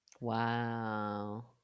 Wow